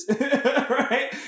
right